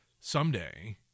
someday